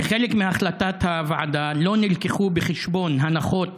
כחלק מהחלטת הוועדה לא הובאו בחשבון הנחות